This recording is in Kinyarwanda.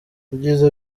ibyiza